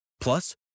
Plus